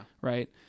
right